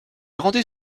rendait